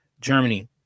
Germany